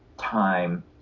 time